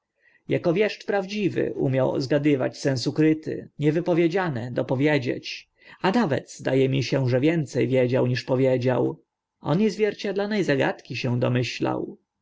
ako wieszcz prawdziwy umiał zgadywać sens ukryty nie wypowiedziane dopowiedzieć a nawet zda e mi się że więce wiedział niż powiedział on i zwierciadlane zagadki się domyślał